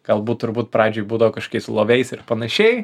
galbūt turbūt pradžioj būdavo kažkokiais loviais ir panašiai